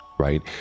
right